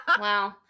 Wow